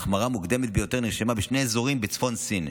והמוקדמת ביותר נרשמה בשני אזורים בצפון סין.